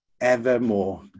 evermore